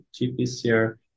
gpcr